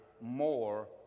more